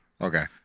Okay